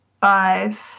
five